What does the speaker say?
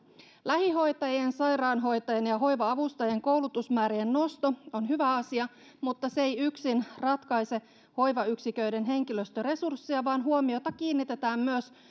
lähihoitajien sairaanhoitajien ja ja hoiva avustajien koulutusmäärien nosto on hyvä asia mutta se ei yksin ratkaise hoivayksiköiden henkilöstöresurssia vaan huomiota kiinnitetään myös